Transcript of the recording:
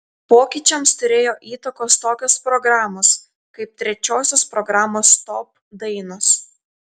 pokyčiams turėjo įtakos tokios programos kaip trečiosios programos top dainos